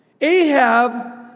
Ahab